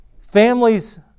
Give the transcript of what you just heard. families